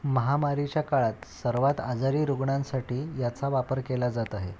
महामारीच्या काळात सर्वात आजारी रुग्णांसाठी याचा वापर केला जात आहे